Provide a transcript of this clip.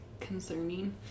concerning